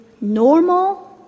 normal